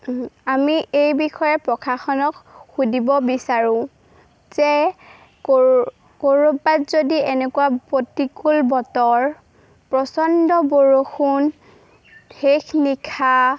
আমি এই বিষয়ে প্ৰশাসনক সুধিব বিচাৰোঁ যে ক'ৰবাত যদি এনেকুৱা প্ৰতিকূল বতৰ প্ৰচণ্ড বৰষুণ শেষ নিশা